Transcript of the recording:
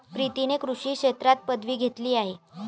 प्रीतीने कृषी शास्त्रात पदवी घेतली आहे